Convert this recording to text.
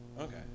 Okay